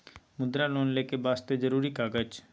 मुद्रा लोन लेके वास्ते जरुरी कागज?